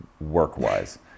work-wise